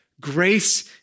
Grace